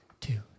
two